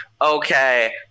okay